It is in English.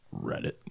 reddit